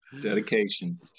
Dedication